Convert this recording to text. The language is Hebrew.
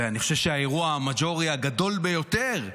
ואני חושב שהאירוע המז'ורי, הגדול ביותר,